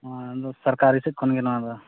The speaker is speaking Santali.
ᱚ ᱟᱫᱚ ᱥᱚᱨᱠᱟᱨᱤ ᱥᱮᱫ ᱠᱷᱚᱱᱜᱮ ᱱᱚᱣᱟ ᱫᱚ